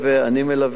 אני מלווה,